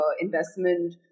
investment